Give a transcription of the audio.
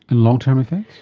and long-term effects?